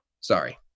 Sorry